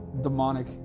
demonic